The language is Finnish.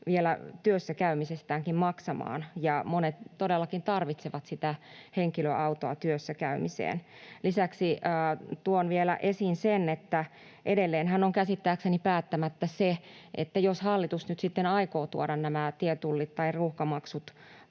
vielä työssä käymisestäänkin maksamaan, ja monet todellakin tarvitsevat sitä henkilöautoa työssä käymiseen. Lisäksi tuon vielä esiin sen, että edelleenhän on käsittääkseni päättämättä se, että jos hallitus nyt sitten aikoo tuoda nämä tietullit tai ruuhkamaksut